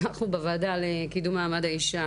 אנחנו בוועדה לקידום מעמד האישה